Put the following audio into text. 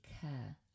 care